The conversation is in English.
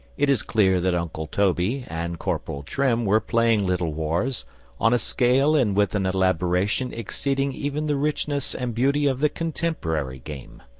it is clear that uncle toby and corporal trim were playing little wars on a scale and with an elaboration exceeding even the richness and beauty of the contemporary game.